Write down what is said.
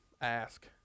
ask